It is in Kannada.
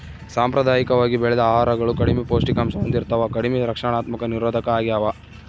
ಸಾಂಪ್ರದಾಯಿಕವಾಗಿ ಬೆಳೆದ ಆಹಾರಗಳು ಕಡಿಮೆ ಪೌಷ್ಟಿಕಾಂಶ ಹೊಂದಿರ್ತವ ಕಡಿಮೆ ರಕ್ಷಣಾತ್ಮಕ ನಿರೋಧಕ ಆಗ್ಯವ